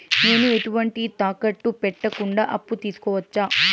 నేను ఎటువంటి తాకట్టు పెట్టకుండా అప్పు తీసుకోవచ్చా?